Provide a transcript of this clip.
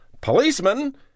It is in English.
Policeman